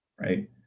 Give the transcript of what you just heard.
right